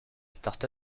start